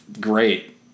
great